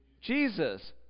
Jesus